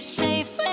safe